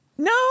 No